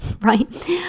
right